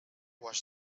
was